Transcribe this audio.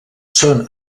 són